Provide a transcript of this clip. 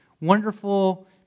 wonderful